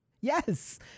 Yes